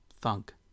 thunk